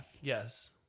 Yes